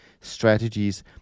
strategies